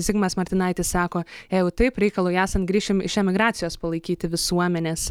zigmas martinaitis sako jeigu taip reikalui esant grįšim iš emigracijos palaikyti visuomenės